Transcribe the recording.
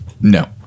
No